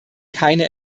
keine